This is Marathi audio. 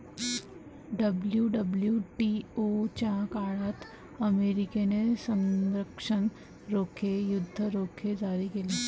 डब्ल्यू.डब्ल्यू.टी.ओ च्या काळात अमेरिकेने संरक्षण रोखे, युद्ध रोखे जारी केले